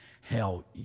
Hell